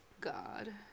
God